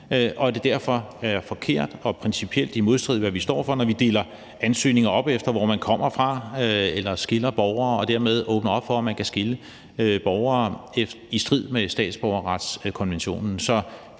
og det er derfor forkert og principielt i modstrid med, hvad vi står for, når vi deler ansøgninger op efter, hvor man kommer fra, eller skiller borgere og dermed åbner op for, at man kan skille borgere i strid med statsborgerretskonventionen.